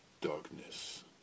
darkness